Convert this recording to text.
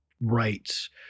rights